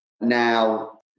Now